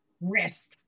risk